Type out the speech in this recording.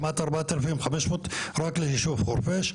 כמעט 4,500 רק ליישוב חורפיש.